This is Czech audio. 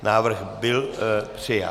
Návrh byl přijat.